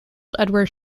edward